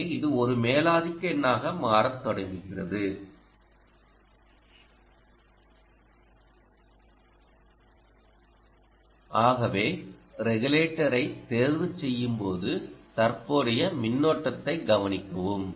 எனவே இது ஒரு மேலாதிக்க எண்ணாக மாறத் தொடங்குகிறது ஆகவே ரெகுலேட்டரை தேர்வு செய்யும் போது தற்போதைய மின்னோட்டத்தை கவனிக்கவும்